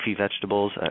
vegetables